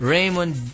Raymond